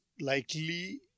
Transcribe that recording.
likely